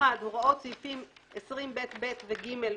הוראות סעיפים 20ב(ב) ו-(ג),